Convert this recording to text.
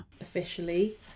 Officially